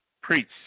preach